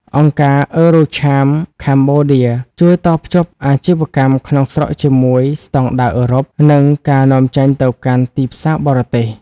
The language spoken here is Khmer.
អង្គការ EuroCham Cambodia ជួយតភ្ជាប់អាជីវកម្មក្នុងស្រុកជាមួយ "ស្ដង់ដារអឺរ៉ុប" និងការនាំចេញទៅកាន់ទីផ្សារបរទេស។